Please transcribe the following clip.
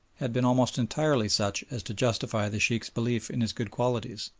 had been almost entirely such as to justify the sheikhs' belief in his good qualities.